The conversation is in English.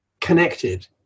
connected